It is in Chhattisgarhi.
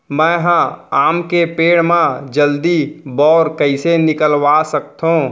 मैं ह आम के पेड़ मा जलदी बौर कइसे निकलवा सकथो?